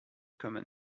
common